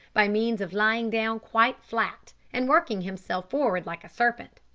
by means of lying down quite flat and working himself forward like a serpent.